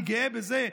אני גאה בזה.